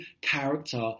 character